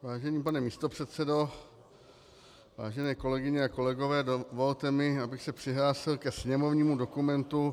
Vážený pane místopředsedo, vážené kolegyně a kolegové, dovolte mi, abych se přihlásil ke sněmovnímu dokumentu 2852.